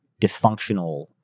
dysfunctional